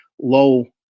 low